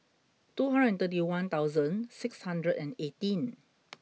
two hundred and thirty one thousand six hundred and eighteen